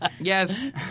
Yes